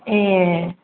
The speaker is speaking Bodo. ए